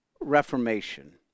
reformation